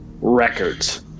records